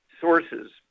sources